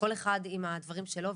כל אחד עם הדברים שלו.